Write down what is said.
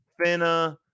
finna